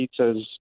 Pizzas